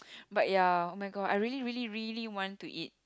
but ya oh-my-god I really really really want to eat